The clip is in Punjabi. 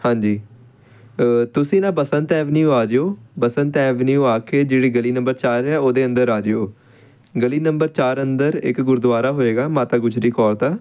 ਹਾਂਜੀ ਤੁਸੀਂ ਨਾ ਬਸੰਤ ਐਵਨਿਊ ਆ ਜਿਓ ਬਸੰਤ ਐਵਨਿਊ ਆ ਕੇ ਜਿਹੜੀ ਗਲੀ ਨੰਬਰ ਚਾਰ ਹੈ ਉਹਦੇ ਅੰਦਰ ਆ ਜਿਓ ਗਲੀ ਨੰਬਰ ਚਾਰ ਅੰਦਰ ਇੱਕ ਗੁਰਦੁਆਰਾ ਹੋਏਗਾ ਮਾਤਾ ਗੁਜਰੀ ਕੌਰ ਦਾ